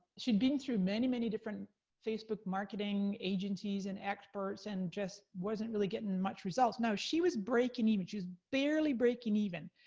she'd been through many, many different facebook marketing agencies, and experts, and just wasn't really getting much results. now, she was breaking, she was barely breaking even.